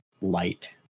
light